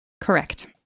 Correct